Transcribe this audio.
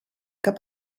cap